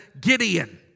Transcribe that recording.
Gideon